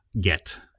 get